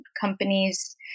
companies